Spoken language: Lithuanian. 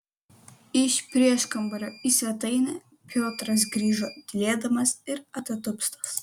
iš prieškambario į svetainę piotras grįžo tylėdamas ir atatupstas